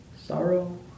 sorrow